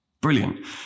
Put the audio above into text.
Brilliant